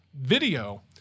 Video